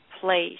place